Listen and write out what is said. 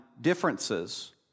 differences